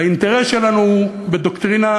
האינטרס שלנו בדוקטרינה,